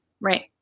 Right